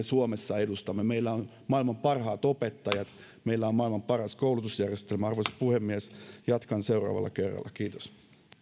suomessa edustamme meillä on maailman parhaat opettajat meillä on maailman paras koulutusjärjestelmä arvoisa puhemies jatkan seuraavalla kerralla kiitos